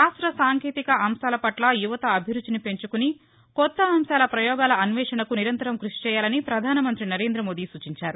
శాస్త్ర సాంకేతిక అంశాల పట్ల యువత అభిరుచిని పెంచుకుని కొత్త అంశాల ప్రయోగాల అన్వేషణకు య నిరంతరం క్బషి చేయాలని పధానమంత్రి నరేందమోదీ సూచించారు